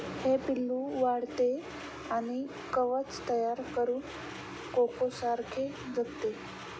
हे पिल्लू वाढते आणि कवच तयार करून कोकोसारखे जगते